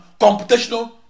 computational